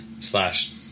slash